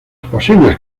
posibles